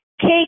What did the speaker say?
cake